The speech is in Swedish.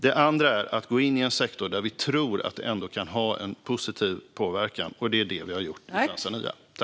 Det andra är att gå in i en sektor där vi tror att det kan ha en positiv påverkan, och det är vad vi har gjort i Tanzania.